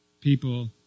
people